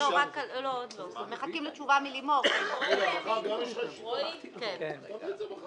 גומרים את זה ב-10